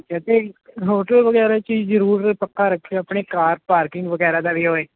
ਅੱਛਾ ਅਤੇ ਹੋਟਲ ਵਗੈਰਾ 'ਚ ਜੀ ਜ਼ਰੂਰ ਪੱਕਾ ਰੱਖਿਓ ਆਪਣੇ ਕਾਰ ਪਾਰਕਿੰਗ ਵਗੈਰਾ ਦਾ ਵੀ ਹੋਏ